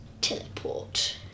Teleport